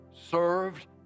served